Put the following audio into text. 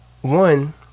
One